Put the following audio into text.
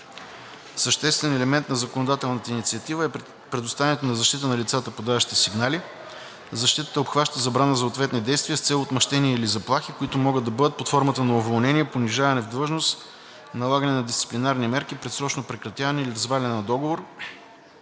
Съществен елемент на законодателната инициатива е предоставянето на защита на лицата, подаващи сигнали. Защитата обхваща забрана за ответни действия с цел отмъщение или заплахи, които могат да бъдат под формата на уволнение, понижаване в длъжност, налагане на дисциплинарни мерки, предсрочно прекратяване или разваляне на договор.